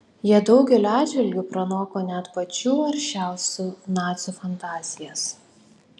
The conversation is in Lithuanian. jie daugeliu atžvilgių pranoko net pačių aršiausių nacių fantazijas